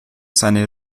seine